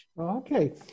Okay